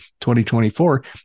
2024